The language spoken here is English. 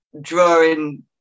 drawing